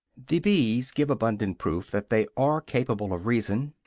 the bees give abundant proof that they are capable of reason.